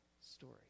story